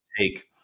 take